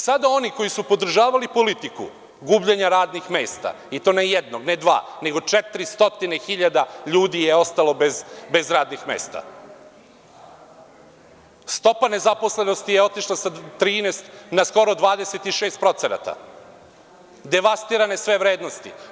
Sada oni koji su podržavali politiku gubljenja radnih mesta, i to ne jednog, ne dva, nego 400 hiljada ljudi je ostalo bez radnih mesta, stopa nezaposlenosti je otišla sa 13 na skoro 26%, devastirane su sve vrednosti.